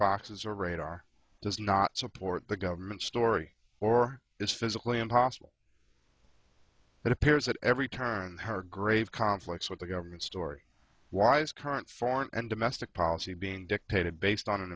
boxes or radar does not support the government story or is physically impossible it appears at every turn her grave conflicts with the government story wise current foreign and domestic policy being dictated based on an